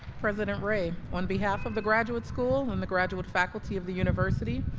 president ray, on behalf of the graduate school and the graduate faculty of the university,